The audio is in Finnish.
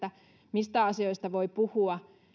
mistä asioista voi puhua